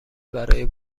برای